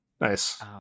Nice